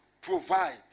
provide